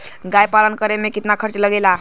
गाय पालन करे में कितना खर्चा लगेला?